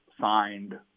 signed